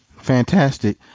fantastic.